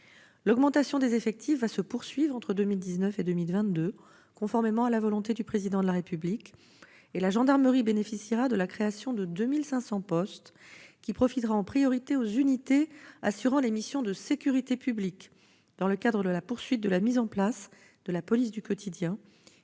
L'augmentation des effectifs va se poursuivre entre 2019 et 2022, conformément à la volonté du Président de la République, et la gendarmerie bénéficiera de la création de 2 500 postes. Cette création de postes profitera en priorité aux unités assurant les missions de sécurité publique, dans le cadre de la poursuite de la mise en place de la police du quotidien